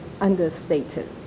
understated